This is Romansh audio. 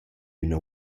üna